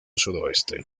sudoeste